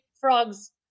frogs